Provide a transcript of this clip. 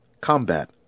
combat